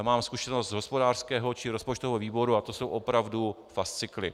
Mám zkušenost z hospodářského či rozpočtového výboru a to jsou opravdu fascikly.